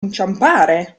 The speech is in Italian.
inciampare